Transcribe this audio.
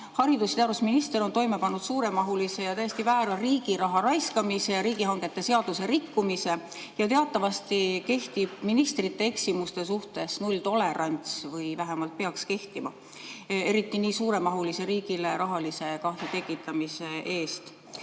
haridus‑ ja teadusminister toime pannud suuremahulise ja täiesti väära riigiraha raiskamise ja riigihangete seaduse rikkumise. Teatavasti kehtib ministrite eksimuste suhtes nulltolerants või vähemalt peaks kehtima, eriti riigile nii suuremahulise rahalise kahju tekitamise puhul.